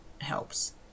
helps